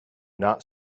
not